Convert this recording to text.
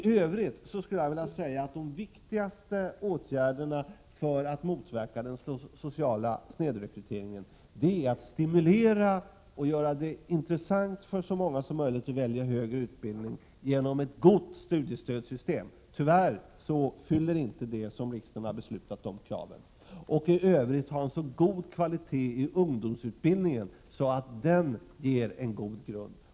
Tövrigt skulle jag vilja säga att den viktigaste åtgärden för att motverka den sociala snedrekryteringen är att stimulera och göra det intressant för så många som möjligt att välja högre utbildning genom ett gott studiestödssystem. Det system som riksdagen har beslutat om fyller tyvärr inte det kravet. Man måste också ha så hög kvalitet i ungdomsutbildningen att den ger en god grund.